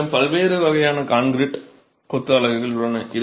உங்களிடம் பல்வேறு வகையான கான்கிரீட் கொத்து அலகுகள் உள்ளன